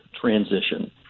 transition